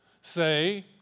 say